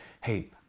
Hey